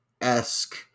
esque